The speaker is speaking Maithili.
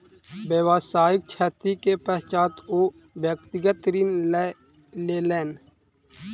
व्यावसायिक क्षति के पश्चात ओ व्यक्तिगत ऋण लय लेलैन